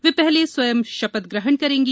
वे पहले स्वयं शपथ ग्रहण करेंगी